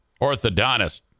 orthodontist